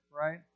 right